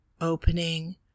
Opening